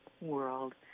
world